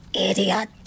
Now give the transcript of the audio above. idiot